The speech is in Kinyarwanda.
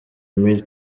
mille